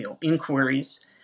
inquiries